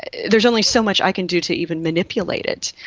there's only so much i can do to even manipulate it,